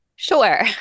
Sure